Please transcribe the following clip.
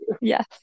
yes